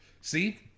See